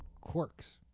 quirks